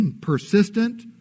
persistent